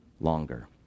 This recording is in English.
longer